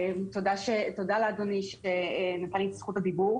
תודה לאדוני שנתן לי את זכות הדיבור.